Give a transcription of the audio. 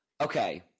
Okay